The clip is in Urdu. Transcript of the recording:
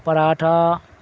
پراٹھا